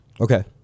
okay